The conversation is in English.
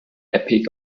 epic